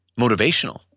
motivational